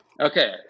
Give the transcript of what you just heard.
Okay